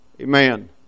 amen